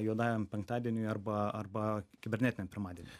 juodajam penktadieniui arba arba kibernetiniam pirmadieniui